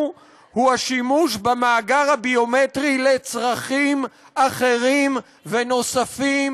הוא השימוש במאגר הביומטרי לצרכים אחרים ונוספים,